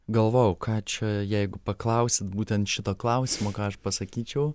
galvojau ką čia jeigu paklausit būtent šito klausimo ką aš pasakyčiau